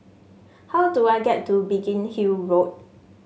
how do I get to Biggin Hill Road